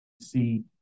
see